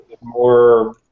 more